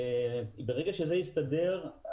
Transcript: ברגע שזה יסתדר,